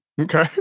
Okay